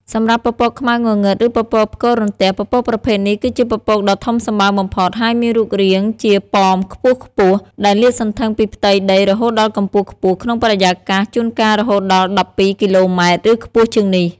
សម្រាប់ពពកខ្មៅងងឹត ឬពពកផ្គររន្ទះ ពពកប្រភេទនេះគឺជាពពកដ៏ធំសម្បើមបំផុត ហើយមានរូបរាងជាប៉មខ្ពស់ៗ ដែលលាតសន្ធឹងពីផ្ទៃដីរហូតដល់កម្ពស់ខ្ពស់ក្នុងបរិយាកាស ជួនកាលរហូតដល់ ១២ គីឡូម៉ែត្រ ឬខ្ពស់ជាងនេះ។